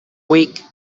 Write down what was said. week